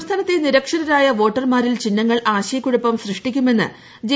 സംസ്ഥാനത്തെ നിരക്ഷരരായ വോട്ടർമാരിൽ ചിഹ്നങ്ങൾ ആശയക്കുഴപ്പം സൃഷ്ടിക്കുമെന്ന് ജെ